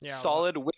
Solid